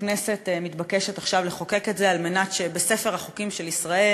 הכנסת מתבקשת עכשיו לחוקק את זה כדי שבספר החוקים של ישראל